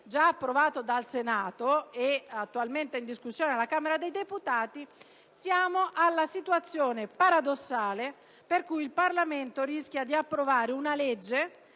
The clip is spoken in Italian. già approvato dal Senato e attualmente in discussione alla Camera dei deputati, siamo nella situazione paradossale per cui il Parlamento rischia di approvare una legge